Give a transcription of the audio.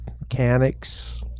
Mechanics